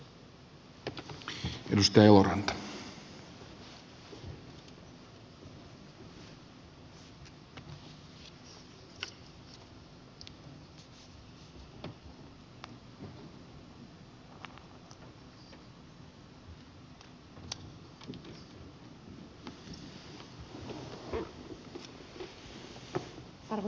arvoisa puhemies